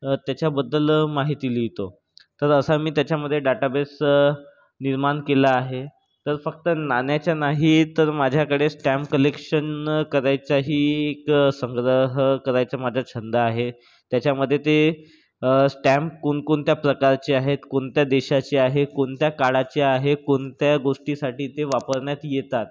त्याच्याबद्दल माहिती लिहितो तर असा मी त्याच्यामध्ये डाटाबेस निर्माण केला आहे तर फक्त नाण्याच्या नाही तर माझ्याकडे स्टॅम्प कलेक्शन करायचाही एक संग्रह करायचा माझा छंद आहे त्याच्यामध्ये ते स्टॅम्प कोणकोणत्या प्रकारचे आहेत कोणत्या देशाचे आहेत कोणत्या काळाचे आहेत कोणत्या गोष्टीसाठी ते वापरण्यात येतात